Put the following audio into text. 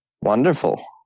Wonderful